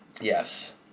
Yes